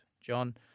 John